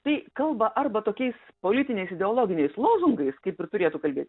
tai kalba arba tokiais politiniais ideologiniais lozungais kaip ir turėtų kalbėt